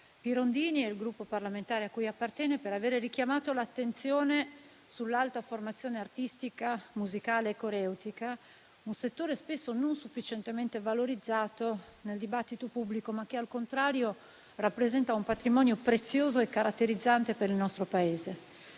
Pirondini e il Gruppo parlamentare a cui appartiene per avere richiamato l'attenzione sull'Alta formazione artistica musicale e coreutica, un settore spesso non sufficientemente valorizzato nel dibattito pubblico, ma che, al contrario, rappresenta un patrimonio prezioso e caratterizzante per il nostro Paese.